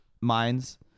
minds